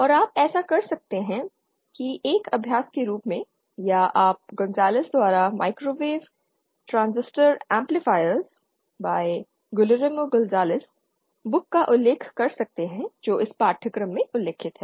और आप ऐसा कर सकते हैं कि एक अभ्यास के रूप में या आप गोंजालेज द्वारा microwave transistor amplifiers by Guillermo Gonzalez पुस्तक का उल्लेख कर सकते हैं जो इस पाठ्यक्रम में उल्लिखित है